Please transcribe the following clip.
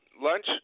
lunch